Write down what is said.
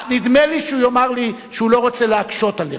נדמה לי שהוא יאמר לי שהוא לא רוצה להקשות עליך.